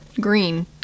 green